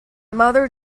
mother